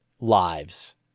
lives